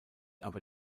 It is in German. aber